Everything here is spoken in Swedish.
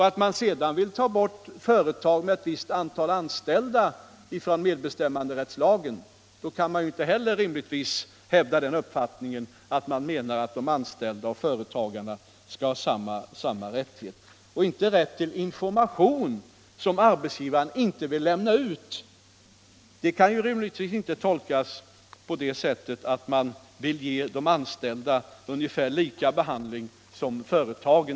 När man sedan vill ta bort företag med ett visst antal anställda från medbestämmanderättslagen, kan man inte heller rimligtvis hävda den uppfattningen att de anställda och företagen får samma rättighet. Vidare skall de anställda inte få annan information än den som arbetsgivaren vill lämna ut. Detta kan ju rimligtvis inte tolkas på det sättet att man vill ge de anställda samma behandling som företagaren.